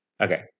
Okay